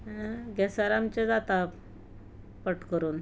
गॅसार आमचें जाता पट्ट करून